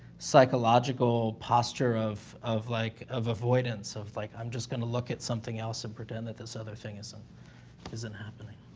psychological posture of, like, of avoidance of, like, i'm just going to look at something else, and pretend that this other thing isn't isn't happening.